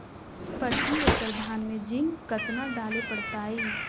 प्रती एकड़ धान मे जिंक कतना डाले पड़ताई?